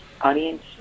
audience